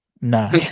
No